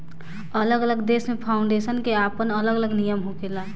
अलग अलग देश में फाउंडेशन के आपन अलग अलग नियम होखेला